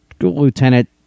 Lieutenant